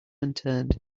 unturned